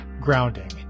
grounding